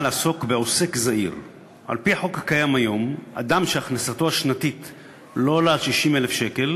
הצעת החוק לתיקון פקודת מס הכנסה (פטור מדיווח לנישום פטור).